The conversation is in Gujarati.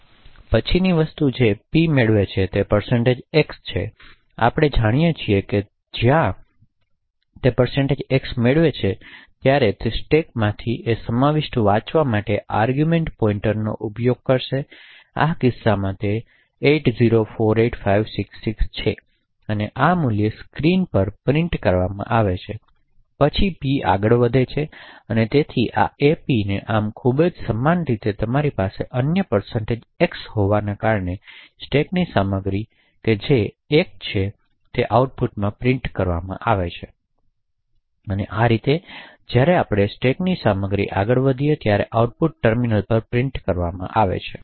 પછીની વસ્તુ જે p મેળવે છે તે x છે અને આપણે જાણીએ છીએ કે જ્યારે તે x મેળવે છે ત્યારે તે સ્ટેકમાંથી સમાવિષ્ટો વાંચવા માટે આર્ગૂમેંટ પોઈંટરનો ઉપયોગ કરશે તેથી આ કિસ્સામાં તે 8048566 છે તેથી આ મૂલ્ય સ્ક્રીન પર પ્રિન્ટ કરવામાં આવે છે પછી પી આગડ વધે છે અને તેથી આ ap અને આમ ખૂબ જ સમાન રીતે તમારી પાસે અન્ય x હોવાને કારણે સ્ટેકની આગળની સામગ્રી કે જે 1 એ છે તે આઉટપુટમાં પ્રિન્ટ કરવામાં આવે છે અને આ રીતે જ્યારે આપણે સ્ટેકની સામગ્રી આગળ વધીએ ત્યારે આઉટપુટ ટર્મિનલ પર પ્રિન્ટ કરવામાં આવે છે